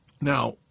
Now